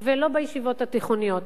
ולא בישיבות התיכוניות.